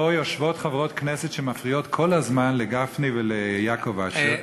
פה יושבות חברות כנסת שמפריעות כל הזמן לגפני וליעקב אשר,